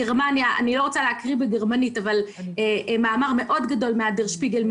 או למשל בגרמניה יש מאמר מאוד גדול של "דר שפיגל"